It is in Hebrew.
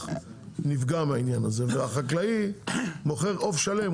נפגע מהעניין הזה והחקלאי מוכר עוף שלם,